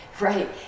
Right